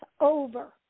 Over